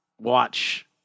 watch